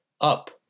Up